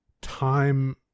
time